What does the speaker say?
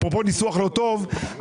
אפרופו ניסוח לא טוב,